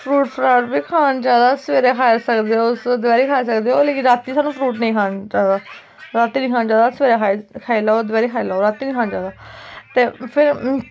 fruit फ्राट बी खाना चाहिदा सवेरे खाई लैओ तुस तुस दपैह्री खाई सकदे लेकिन राती सानू फ्रूट नेईं खाना चाहिदा रातीं नी खाना चाहिदा सवेरे खाई लैओ दपैह्री खाई लैओ पर राती नी खाना चाहिदा ते फिर